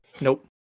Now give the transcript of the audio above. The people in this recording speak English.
nope